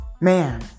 Man